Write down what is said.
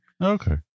okay